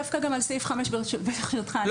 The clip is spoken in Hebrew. דווקא גם על סעיף 5, ברשותך, אני רוצה לדבר.